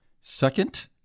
Second